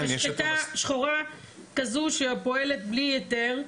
משחטה שחורה כזו שפועלת בלי היתר,